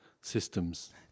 systems